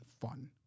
fun